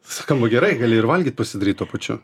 skamba gerai gali ir valgyt pasidaryti tuo pačiu